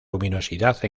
luminosidad